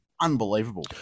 unbelievable